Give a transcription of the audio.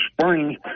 spring